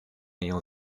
ayant